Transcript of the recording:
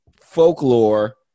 folklore